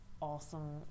awesome